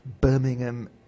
Birmingham